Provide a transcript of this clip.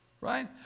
right